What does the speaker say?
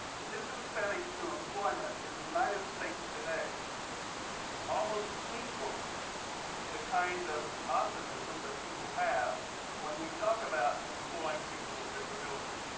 the disincentives to employment in the united states today almost equal the kind of optimism that people have when we talk about employing people with disabilities.